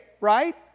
right